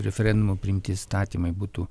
referendumu priimti įstatymai būtų